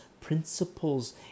principles